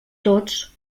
tots